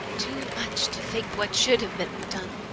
too much to think what should have been done.